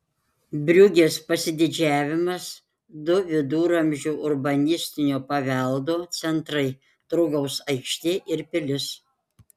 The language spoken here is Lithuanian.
briugės pasididžiavimas du viduramžių urbanistinio paveldo centrai turgaus aikštė ir pilis